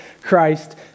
Christ